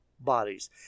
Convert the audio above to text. Bodies